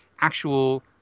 actual